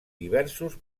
diversos